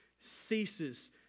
ceases